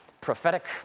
prophetic